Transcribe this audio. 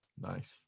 nice